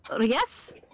Yes